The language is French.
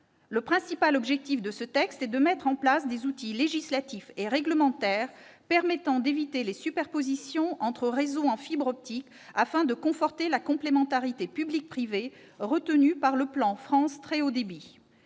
Le principal objectif de ce texte est de mettre en place des outils législatifs et réglementaires permettant d'éviter les superpositions entre réseaux en fibre optique afin de conforter la complémentarité public-privé retenue par le plan France très haut débit.